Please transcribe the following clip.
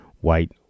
white